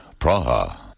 Praha